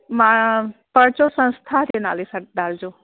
मां पर्चो संस्था जे नाले सां डालजो